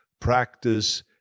practice